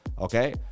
okay